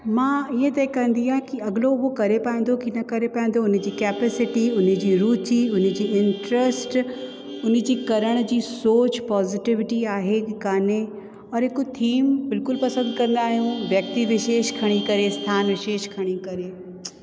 मां इहे तय कंदी आहियां की अॻलो उहो करे पाईंदो की न करे पाईंदो उन्ही जी कैपिसीटी उन जी रुचि उन जी इंट्रस्ट उन जी करण जी सोच पॉजिटिविटी आहे की कान्हे और हिकु थीम बिल्कुलु पसंदि कंदा आहियूं व्यक्ति विशेष खणी करे स्थान विशेष खणी करे